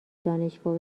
دانشگاه